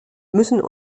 müssen